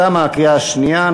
תמה הקריאה השנייה.